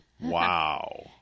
Wow